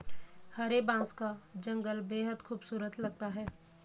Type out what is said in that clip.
हरे बांस का जंगल बेहद खूबसूरत लगता है